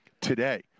today